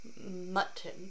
mutton